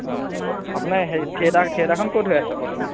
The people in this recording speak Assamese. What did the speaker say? অঁ আপোনাৰ হেৰি থিয়েটাৰ থিয়েটাৰখন ক'ত হৈ আছে বৰ্তমান